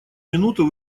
минуту